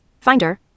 finder